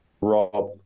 Rob